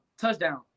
touchdown